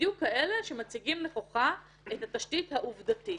בדיוק ככאלה שמציגים נכוחה את התשתית העובדתית.